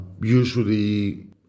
Usually